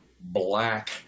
black